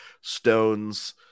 stones